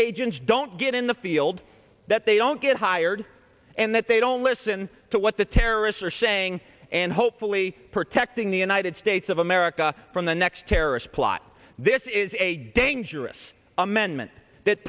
agents don't get in the field that they don't get hired and that they don't listen to what the terrorists are saying and hopefully protecting the united states of america from the next terrorist plot this is a dangerous amendment that